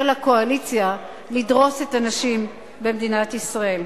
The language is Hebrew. לקואליציה לדרוס את הנשים במדינת ישראל.